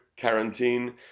quarantine